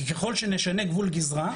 כי ככל שנשנה גבול גזרה,